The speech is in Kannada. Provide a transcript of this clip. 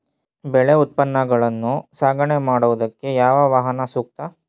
ಬೆಳೆ ಉತ್ಪನ್ನಗಳನ್ನು ಸಾಗಣೆ ಮಾಡೋದಕ್ಕೆ ಯಾವ ವಾಹನ ಸೂಕ್ತ?